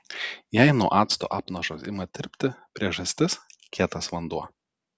jei nuo acto apnašos ima tirpti priežastis kietas vanduo